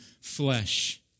flesh